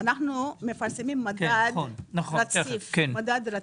אנחנו מפרסמים מדד רציף,